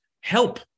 help